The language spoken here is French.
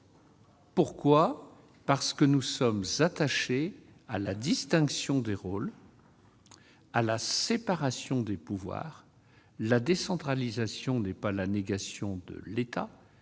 résolution, parce que nous sommes attachés à la distinction des rôles et à la séparation des pouvoirs. La décentralisation n'est pas la négation de l'État